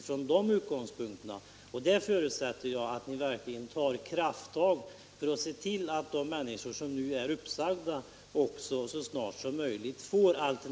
Jag förutsätter att industriministern verkligen — Nr 56 tar krafttag för att se till att de människor som nu är uppsagda får